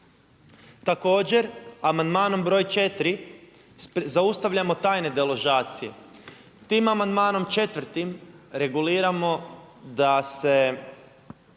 Također, amandmanom broj 4. zaustavljamo tajne deložacije. Tim amandmanom 4. reguliramo da se